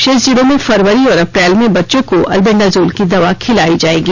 शेष जिलों में फरवरी और अप्रैल में बच्चों को अल्बेण्डाजोल की दवा खिलायी जाएगी